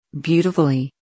Beautifully